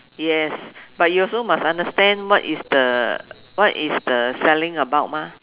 yes but you also must understand what is the what is the selling about mah